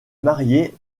marié